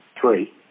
three